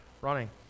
running